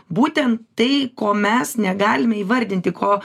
būtent tai ko mes negalime įvardinti ko